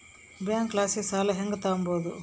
ಬ್ಯಾಂಕಲಾಸಿ ಸಾಲ ಹೆಂಗ್ ತಾಂಬದು?